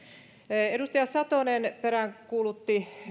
edustaja satonen peräänkuulutti